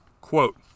quote